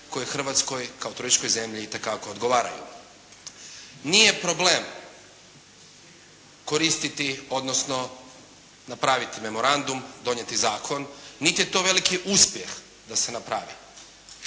koje Hrvatskoj kao turističkoj zemlji itekako odgovaraju. Nije problem koristiti, odnosno napraviti memorandum, donijeti zakon, niti je to veliki uspjeh da se napravi.